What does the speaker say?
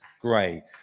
great